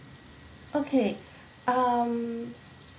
okay um